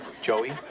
Joey